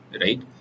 right